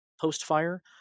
post-fire